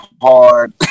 hard